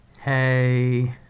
Hey